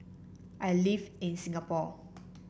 I live in Singapore